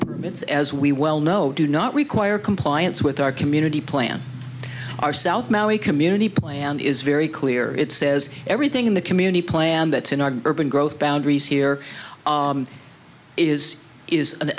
permits as we well know do not require compliance with our community plan our south maui community plan is very clear it says everything in the community plan that in our urban growth boundaries here is is an